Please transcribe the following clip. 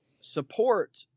support